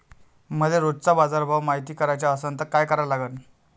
मले रोजचा बाजारभव मायती कराचा असन त काय करा लागन?